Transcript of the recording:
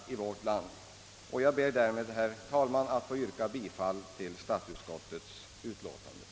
Med det sagda ber jag, herr talman, att få yrka bifall till statsutskottets hemställan.